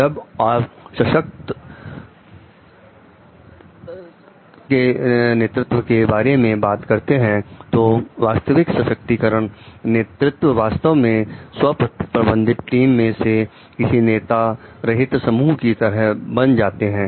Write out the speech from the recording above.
जब आप सशक्त कर तृत्व के बारे में बात करते हैं तो वास्तविक सशक्तिकरण नेतृत्व वास्तव में स्व प्रबंधित टीम में वे किसी नेता रहित समूह की तरह बन जाते हैं